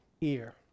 ear